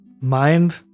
mind